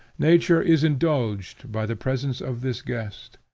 nature is indulged by the presence of this guest.